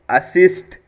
assist